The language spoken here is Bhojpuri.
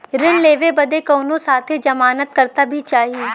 ऋण लेवे बदे कउनो साथे जमानत करता भी चहिए?